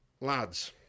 lads